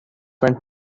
went